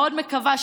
מאוד מקווה,